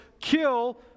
kill